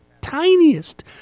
tiniest